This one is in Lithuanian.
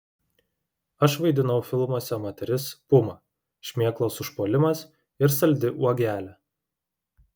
aš vaidinau filmuose moteris puma šmėklos užpuolimas ir saldi uogelė